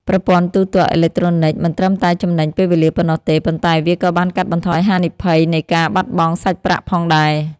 ប្រព័ន្ធទូទាត់អេឡិចត្រូនិកមិនត្រឹមតែចំណេញពេលវេលាប៉ុណ្ណោះទេ ប៉ុន្តែវាក៏បានកាត់បន្ថយហានិភ័យនៃការបាត់បង់សាច់ប្រាក់ផងដែរ។